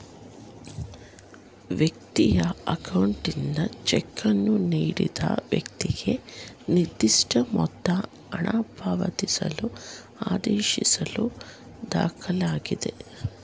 ವ್ಯಕ್ತಿಯ ಅಕೌಂಟ್ನಿಂದ ಚೆಕ್ಕನ್ನು ನೀಡಿದ ವ್ಯಕ್ತಿಗೆ ನಿರ್ದಿಷ್ಟಮೊತ್ತ ಹಣಪಾವತಿಸಲು ಆದೇಶಿಸುವ ದಾಖಲೆಯಾಗಿದೆ